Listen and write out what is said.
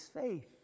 faith